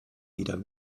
wieder